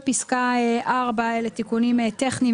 בפסקה (4) אלה תיקונים טכניים.